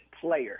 player